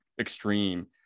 extreme